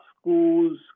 schools